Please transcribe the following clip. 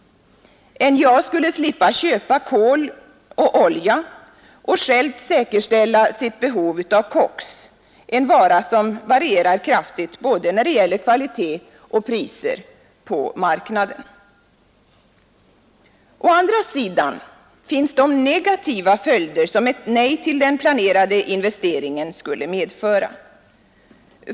NJA skulle slippa köpa kol och olja och självt säkerställa sitt behov av koks, en vara som varierar kraftigt både när det gäller kvalitet och priser på marknaden. Å andra sidan finns de negativa följder som ett nej till den planerade investeringen skulle medföra.